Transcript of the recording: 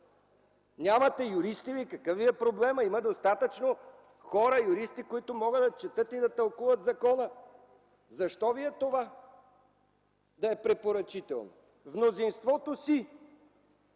Нямате юристи ли? Какъв ви е проблемът? Има достатъчно хора – юристи, които могат да четат и да тълкуват закона. Защо ви е това да е „препоръчително”? „В мнозинството си”!